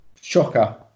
Shocker